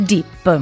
Deep